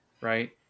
right